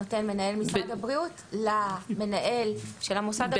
שנותן מנהל משרד הבריאות למנהל של המוסד הרפואי.